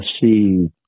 see